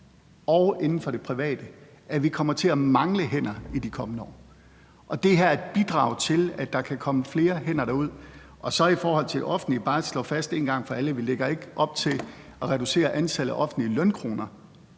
og inden for det private, at vi kommer til at mangle hænder i de kommende år. Det her er et bidrag til, at der kan komme flere hænder derud. Så vil jeg bare i forhold til det offentlige slå fast en gang for alle, at vi ikke lægger op til at reducere antallet af offentlige lønkroner,